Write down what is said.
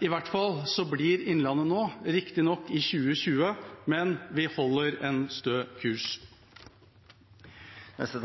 I hvert fall blir prosjektet Innlandet nå riktignok i 2020, men vi holder en stø kurs. Det